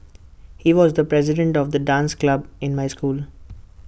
he was the president of the dance club in my school